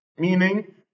Meaning